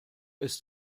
ist